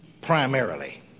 primarily